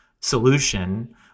solution